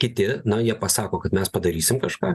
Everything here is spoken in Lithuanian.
kiti nu jie pasako kad mes padarysim kažką